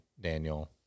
Daniel